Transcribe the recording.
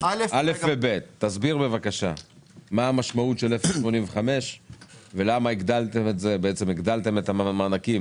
תסביר בבקשה מה המשמעות של 0.85. הגדלתם את המענקים